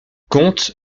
comte